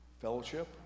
fellowship